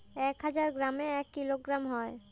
এক হাজার গ্রামে এক কিলোগ্রাম হয়